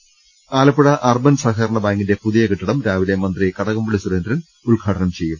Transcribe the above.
്്്്്്്് Alappuzha urban സഹകരണ ബാങ്കിന്റെ പുതിയ കെട്ടിടം രാവിലെ മന്ത്രി കടകംപള്ളി സുരേന്ദ്രൻ ഉദ്ഘാടനം ചെയ്യും